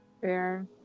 Fair